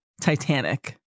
Titanic